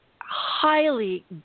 highly